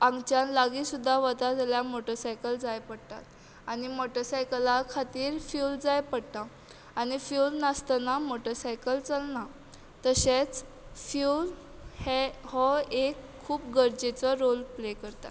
आमच्यान लागीं सुद्दां वता जाल्या मोटसायकल जाय पडटात आनी मोटसायकला खातीर फ्यूल जाय पडटा आनी फ्यूल नासतना मोटसायकल चलना तशेंच फ्यूल हें हो एक खूब गरजेचो रोल प्ले करता